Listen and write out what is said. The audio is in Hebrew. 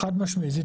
חד משמעית.